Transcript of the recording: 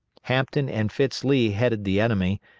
hampton and fitz lee headed the enemy,